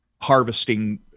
harvesting